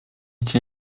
cię